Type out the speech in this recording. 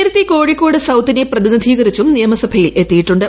നേരത്തെ ക്യോഴിക്കോട് സൌത്തിനെ പ്രതിനിധീകരിച്ചും നിയമസഭയിലൂത്തിയിട്ടുണ്ട്